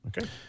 Okay